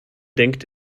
denkt